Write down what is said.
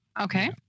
Okay